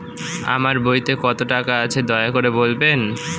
আমার বইতে কত টাকা আছে দয়া করে বলবেন?